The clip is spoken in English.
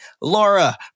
Laura